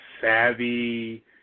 savvy